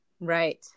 Right